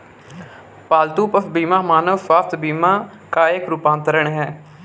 पालतू पशु बीमा मानव स्वास्थ्य बीमा का एक रूपांतर है